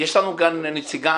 יש לנו עוד נציגה